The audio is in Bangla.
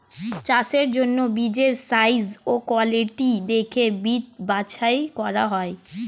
চাষের জন্য বীজের সাইজ ও কোয়ালিটি দেখে বীজ বাছাই করা হয়